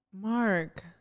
Mark